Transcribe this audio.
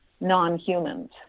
non-humans